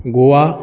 Goa